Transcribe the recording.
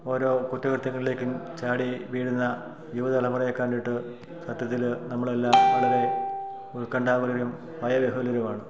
ഓരോ കുറ്റകൃത്യങ്ങളിലേക്കും ചാടി വീഴുന്ന യുവതലമുറയെ കണ്ടിട്ട് സത്യത്തിൽ നമ്മളെല്ലാം വളരെ ഉത്കണ്ഠാകുലരും ഭയബഹുലരുമാണ്